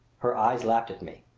her eyes laughed at me.